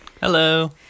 Hello